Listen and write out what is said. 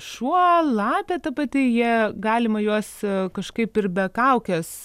šuo lapė ta pati jie galima juos kažkaip ir be kaukės